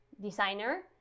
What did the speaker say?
designer